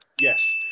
Yes